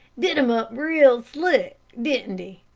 did him up real slick, didn't he?